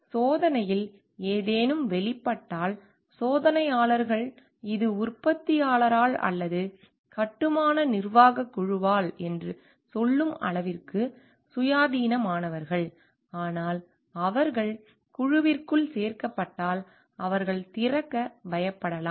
எனவே சோதனையில் ஏதேனும் வெளிப்பட்டால் சோதனையாளர்கள் இது உற்பத்தியாளரால் அல்லது கட்டுமான நிர்வாகக் குழுவால் என்று சொல்லும் அளவுக்கு சுயாதீனமானவர்கள் ஆனால் அவர்கள் குழுவிற்குள் சேர்க்கப்பட்டால் அவர்கள் திறக்க பயப்படலாம்